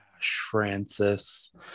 Francis